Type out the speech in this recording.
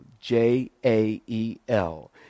J-A-E-L